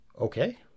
Okay